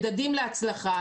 מדדים להצלחה,